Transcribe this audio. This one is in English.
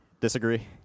Disagree